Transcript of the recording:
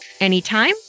anytime